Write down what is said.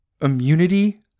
immunity